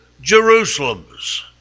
Jerusalems